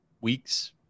weeks